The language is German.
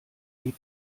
ist